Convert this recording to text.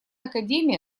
академия